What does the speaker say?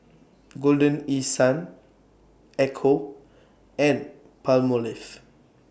Golden East Sun Ecco and Palmolive